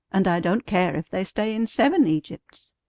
and i don't care if they stay in seven egypts.